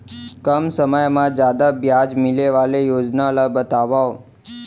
कम समय मा जादा ब्याज मिले वाले योजना ला बतावव